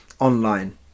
online